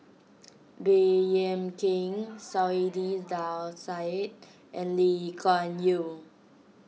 Baey Yam Keng Saiedah Said and Lee Kuan Yew